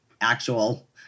actual